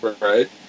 Right